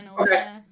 Okay